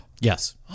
Yes